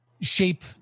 shape